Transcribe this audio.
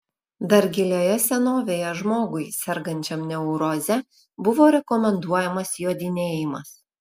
dar gilioje senovėje žmogui sergančiam neuroze buvo rekomenduojamas jodinėjimas